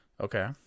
okay